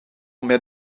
met